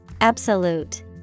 Absolute